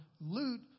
loot